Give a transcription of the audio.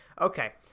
Okay